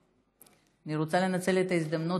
אני רוצה לנצל את ההזדמנות,